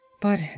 but